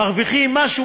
מרוויחים משהו,